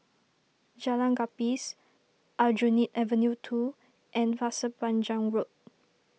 Jalan Gapis Aljunied Avenue two and Pasir Panjang Road